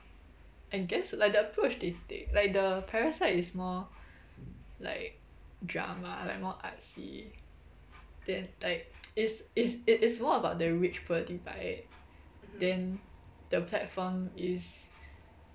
I guess like the approach they take like the parasite is more like drama like more artsy then like it's it's it is more about the rich poor divide then the platform is